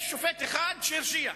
יש שופט אחד שהרשיע.